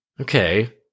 Okay